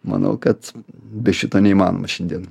manau kad be šito neįmanoma šiandien